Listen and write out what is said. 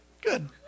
Good